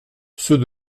ceux